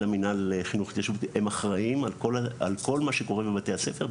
המינהל לחינוך התיישבותי הם אחראים על כל מה שקורה בבתי הספר.